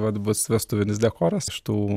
vat bus vestuvinis dekoras iš tų